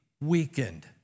weakened